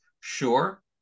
sure